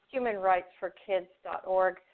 humanrightsforkids.org